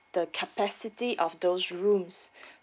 the capacity of those rooms